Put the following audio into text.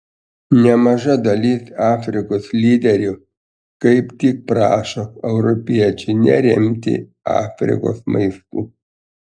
nemaža dalis afrikos lyderių kaip tik prašo europiečių neremti afrikos maistu